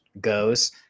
goes